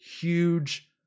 huge